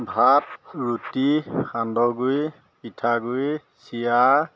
ভাত ৰুটি সান্দহগুড়ি পিঠাগুড়ি চিৰা